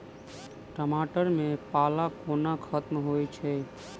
टमाटर मे पाला कोना खत्म होइ छै?